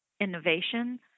innovation